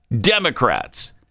Democrats